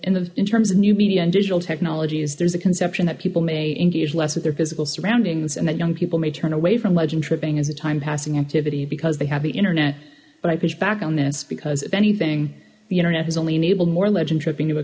in the in terms of new media and digital technologies there's a conception that people may engage less with their physical surroundings and that young people may turn away from legend tripping as a time passing activity because they have the internet but i push back on this because if anything the internet has only enabled more legend tripping t